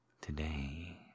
today